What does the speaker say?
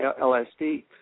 LSD